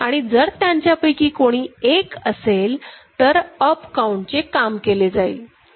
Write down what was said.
आणि जर त्यांच्यापैकी कोणी एक असेल तर अप अकाउंट चे काम केले जाईल